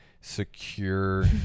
secure